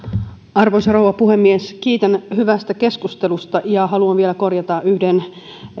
arvoisa rouva puhemies kiitän hyvästä keskustelusta ja haluan vielä korjata yhden ehkä